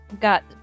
got